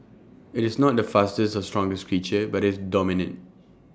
IT is not the fastest or strongest creature but it's dominant